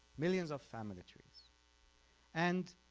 millions of family trees and